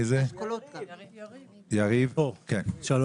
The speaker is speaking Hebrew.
בבקשה.